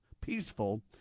peaceful